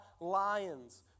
lions